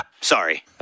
Sorry